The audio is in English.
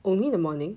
only in the morning